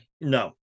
No